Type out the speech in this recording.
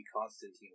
Constantine